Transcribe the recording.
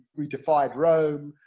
we defied rome.